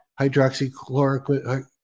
hydroxychloroquine